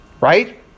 right